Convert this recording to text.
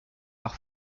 par